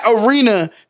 arena